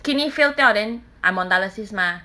kidney fail 掉 then I'm on dialysis mah